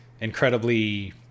incredibly